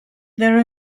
there